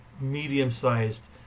medium-sized